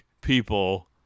people